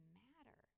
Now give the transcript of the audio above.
matter